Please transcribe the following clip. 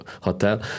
hotel